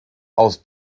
aus